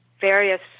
various